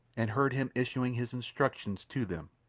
and heard him issuing his instructions to them.